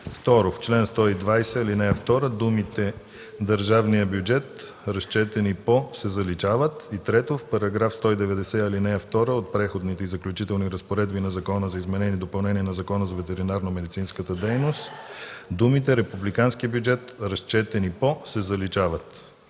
В чл. 120, ал. 2 думите „държавния бюджет, разчетени по” се заличават. 3. В § 190, ал. 2 от Преходните и заключителните разпоредби на Закона за изменение и допълнение на Закона за ветеринарномедицинската дейност думите „републиканския бюджет, разчетени по” се заличават.”